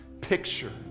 picture